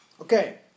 Okay